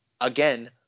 again